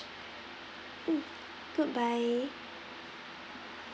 mm goodbye